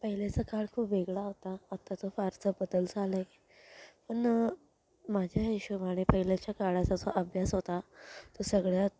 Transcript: पहिलेचा काळ खूप वेगळा होता आताचा फारसा बदल झाला आहे पण माझ्या हिशोबाने पहिलेच्या काळात जसा अभ्यास होता तो सगळ्यात